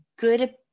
good